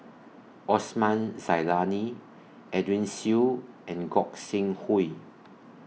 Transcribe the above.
Osman Zailani Edwin Siew and Gog Sing Hooi